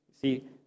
See